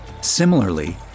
Similarly